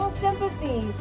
sympathy